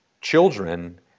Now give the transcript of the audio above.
children